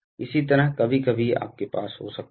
इसी तरह कभी कभी आपके पास हो सकता है